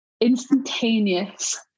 instantaneous